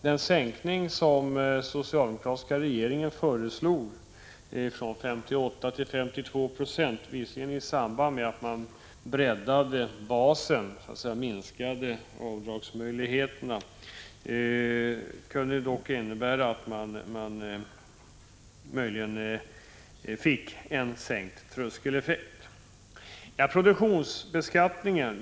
Den sänkning från 58 till 52 26 som den socialdemokratiska regeringen föreslog — visserligen i samband med att man breddade basen och så att säga minskade avdragsmöjligheterna — kunde innebära att man fick en sänkt tröskeleffekt. Sedan till frågan om produktionsbeskattning.